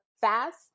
fast